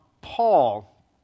Paul